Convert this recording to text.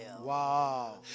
Wow